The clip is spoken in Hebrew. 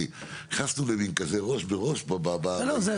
נכנסנו למין כזה ראש בראש בעניין הזה,